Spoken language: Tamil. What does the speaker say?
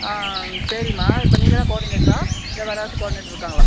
சரிம்மா இப்போ நீங்கள்தான் கோஆர்டினேட்ராக இல்லை வேற யாராச்சும் கோஆர்டினேட்டர் இருக்காங்களா